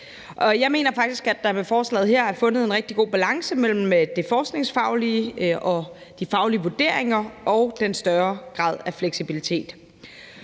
Jeg mener faktisk, at der med forslaget her er fundet en rigtig god balance mellem det forskningsfaglige og de faglige vurderinger og den større grad af fleksibilitet.